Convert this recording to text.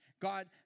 God